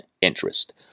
interest